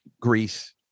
Greece